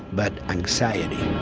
but anxiety